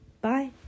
Bye